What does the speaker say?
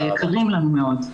היקרים לנו מאוד.